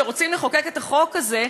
שרוצים לחוקק את החוק הזה,